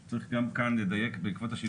מתן זכות שימוע לפני קבלת החלטה על